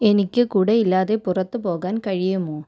എനിക്ക് കുട ഇല്ലാതെ പുറത്ത് പോകാൻ കഴിയുമോ